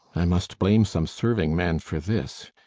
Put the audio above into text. i must blame some serving-man for this.